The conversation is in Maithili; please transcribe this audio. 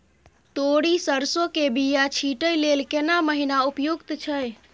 तोरी, सरसो के बीया छींटै लेल केना महीना उपयुक्त छै?